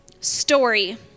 story